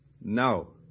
No